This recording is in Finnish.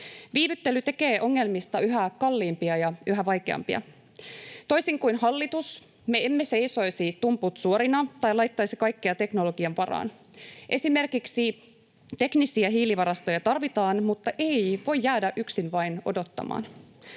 Viivyttely tekee ongelmista yhä kalliimpia ja yhä vaikeampia. Toisin kuin hallitus, me emme seisoisi tumput suorina tai laittaisi kaikkea teknologian varaan. Esimerkiksi teknisiä hiilivarastoja tarvitaan, mutta ei voi jäädä yksin vain odottamaan.